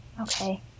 Okay